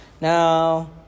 Now